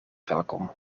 welkom